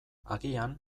agian